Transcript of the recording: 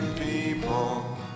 people